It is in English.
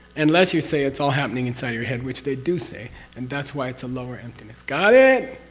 unless you say it's all happening inside your head, which they do say and that's why it's a lower emptiness. got it?